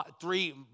three